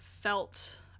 felt